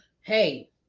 Hey